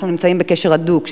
אנחנו נמצאים בקשר הדוק,